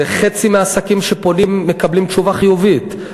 וחצי מהעסקים מקבלים תשובה חיובית.